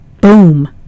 boom